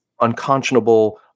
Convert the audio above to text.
unconscionable